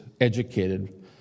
educated